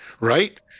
right